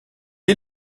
est